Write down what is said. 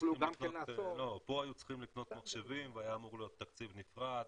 כאן היו צריכים לקנות מחשבים והיה אמור להיות תקציב נפרד.